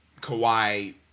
Kawhi